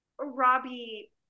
Robbie